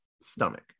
stomach